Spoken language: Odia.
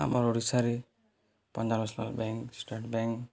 ଆମର ଓଡ଼ିଶାରେ Punjab National Bank State bank